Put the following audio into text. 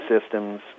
systems